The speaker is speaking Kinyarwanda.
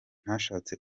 nashatse